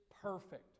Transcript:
perfect